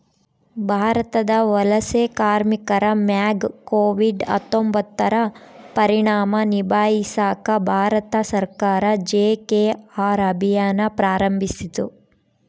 ಭಾರತದ ವಲಸೆ ಕಾರ್ಮಿಕರ ಮ್ಯಾಗ ಕೋವಿಡ್ ಹತ್ತೊಂಬತ್ತುರ ಪರಿಣಾಮ ನಿಭಾಯಿಸಾಕ ಭಾರತ ಸರ್ಕಾರ ಜಿ.ಕೆ.ಆರ್ ಅಭಿಯಾನ್ ಪ್ರಾರಂಭಿಸಿತು